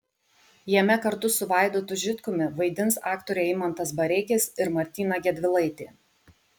jame kartu su vaidotu žitkumi vaidins aktoriai eimantas bareikis ir martyna gedvilaitė